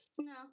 No